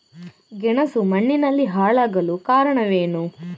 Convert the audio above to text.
ಗೆಣಸು ಮಣ್ಣಿನಲ್ಲಿ ಹಾಳಾಗಲು ಕಾರಣವೇನು?